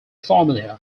formula